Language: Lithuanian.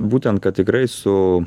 būtent kad tikrai su